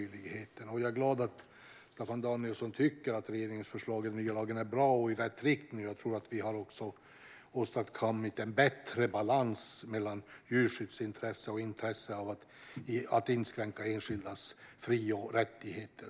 Jag är glad att Staffan Danielsson tycker att regeringens förslag i den nya lagen är bra och går i rätt riktning, och jag tror att vi har åstadkommit en bättre balans mellan djurskyddsintresse och intresse av att inte inskränka enskildas fri och rättigheter.